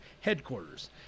headquarters